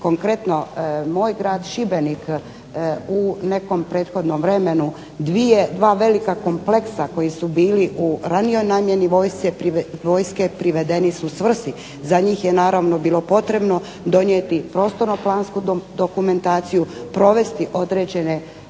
konkretno moj grad Šibenik u nekom prethodno vremenu dvije, dva velika kompleksa koji su bili u ranijoj namjeni vojske privedeni su svrsi. Za njih je naravno bilo potrebno donijeti prostorno-plansku dokumentaciju, provesti određene